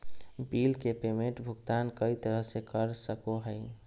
bill के payment भुगतान कई तरह से कर सको हइ